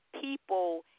people